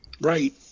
Right